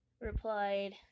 replied